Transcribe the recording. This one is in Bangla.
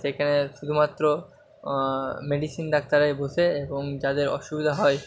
সেখানে শুধুমাত্র মেডিসিন ডাক্তাররাই বোসে এবং যাদের অসুবিধা হয়